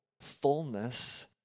fullness